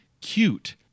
cute